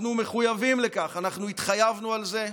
אנחנו מחויבים לכך, אנחנו התחייבנו על זה,